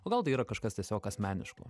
o gal tai yra kažkas tiesiog asmeniško